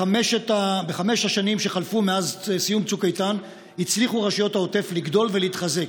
בחמש השנים שחלפו מאז סיום צוק איתן הצליחו רשויות העוטף לגדול ולהתחזק.